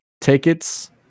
Tickets